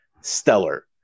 stellar